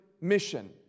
mission